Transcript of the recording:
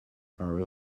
are